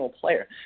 player